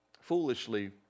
foolishly